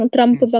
Trump